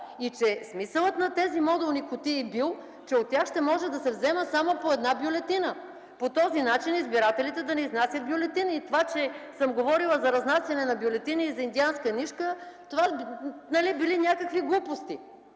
и че смисълът на тези модулни кутии бил, че от тях ще може да се взема само по една бюлетина – по този начин избирателите да не изнасят бюлетини. Това, че съм говорила за разнасяне на бюлетини и за индианска нишка, били някакви глупости,